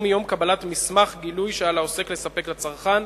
או מיום קבלת מסמך גילוי שעל העוסק לספק לצרכן,